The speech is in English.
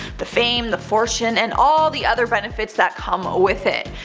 the fame, the fortune, and all the other benefits that come ah with it.